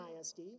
ISD